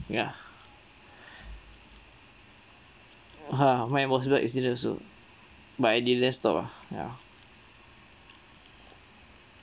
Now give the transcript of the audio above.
ya mine motorbike accident also but I didn't stop ah ya